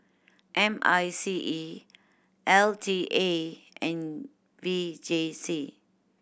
M I C E L T A and V J C